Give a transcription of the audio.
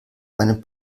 einen